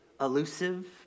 elusive